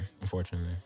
Unfortunately